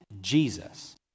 Jesus